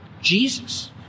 jesus